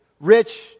rich